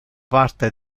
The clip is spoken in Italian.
parte